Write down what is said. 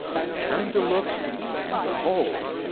he turned to look and behold,